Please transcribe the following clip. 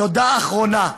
תודה אחרונה,